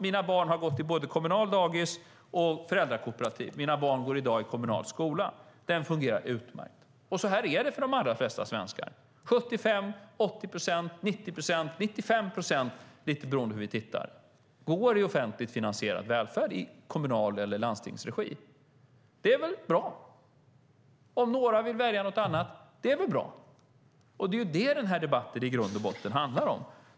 Mina barn har gått både i kommunalt dagis och i föräldrakooperativ. Mina barn går i dag i kommunal skola. Den fungerar utmärkt. Så är det för de allra flesta svenskar - 75, 80, 90 eller 95 procent, lite beroende på hur vi tittar, går i offentligt finansierad välfärd i kommunal regi eller landstingsregi. Det är väl bra? Om några vill välja något annat är det också bra. Det är detta som den här debatten i grund och botten handlar om.